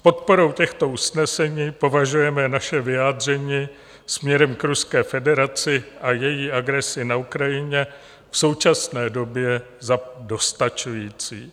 Podporou těchto usnesení považujeme naše vyjádření směrem k Ruské federaci a její agresi na Ukrajině v současné době za dostačující.